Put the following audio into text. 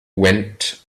went